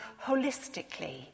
holistically